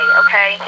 okay